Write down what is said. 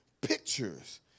pictures